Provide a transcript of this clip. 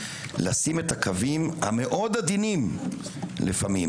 לשים את הקווים העדינים מאוד לפעמים